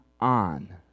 on